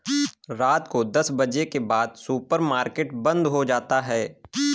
रात को दस बजे के बाद सुपर मार्केट बंद हो जाता है